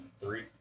three